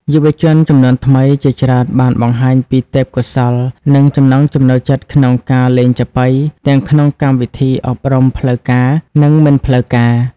យុវជនជំនាន់ថ្មីជាច្រើនបានបង្ហាញពីទេពកោសល្យ និងចំណង់ចំណូលចិត្តក្នុងការលេងចាប៉ី ទាំងក្នុងកម្មវិធីអប់រំផ្លូវការ និងមិនផ្លូវការ។